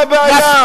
מה הבעיה?